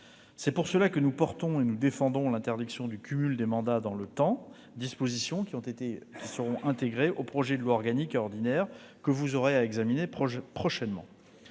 C'est pour cela que nous portons et que nous défendons l'interdiction du cumul des mandats dans le temps, dispositions intégrées aux projets de loi organique et ordinaire que vous aurez à examiner prochainement.